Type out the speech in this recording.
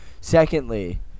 Secondly